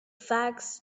facts